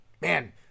man